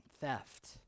theft